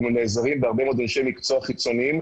מהרבה מאוד אנשי מקצוע חיצוניים,